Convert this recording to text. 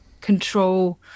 control